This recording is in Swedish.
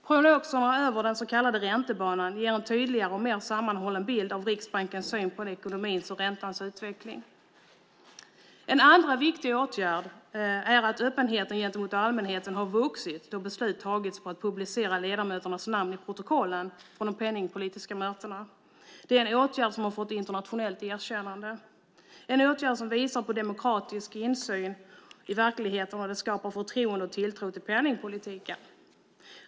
Prognoserna för den så kallade räntebanan ger en tydligare och mer sammanhållen bild av Riksbankens syn på ekonomins och räntans utveckling. En andra viktig åtgärd är att öppenheten gentemot allmänheten har vuxit då beslut tagits om att publicera ledamöternas namn i protokollen från de penningpolitiska mötena. Det är en åtgärd som har fått internationellt erkännande och som visar på demokratisk insyn i verksamheten. Det skapar förtroende och tilltro till penningpolitiken.